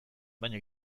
baina